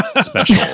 special